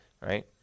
right